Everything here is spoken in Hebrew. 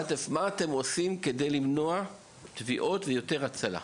עושים כדי למנוע טביעות ויותר הצלה?